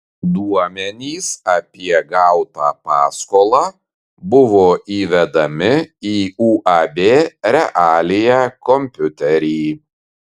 duomenys apie gautą paskolą buvo įvedami į uab realija kompiuterį